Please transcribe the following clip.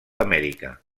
amèrica